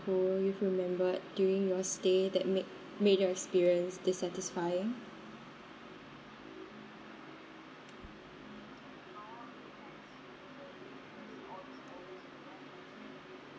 who you've remembered during your stay that made made your experience dissatisfying